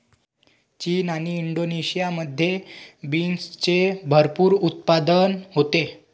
चीन आणि इंडोनेशियामध्ये बीन्सचे भरपूर उत्पादन होते